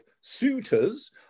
suitors